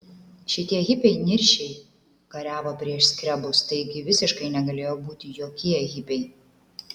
šitie hipiai niršiai kariavo prieš skrebus taigi visiškai negalėjo būti jokie hipiai